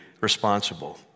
responsible